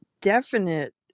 definite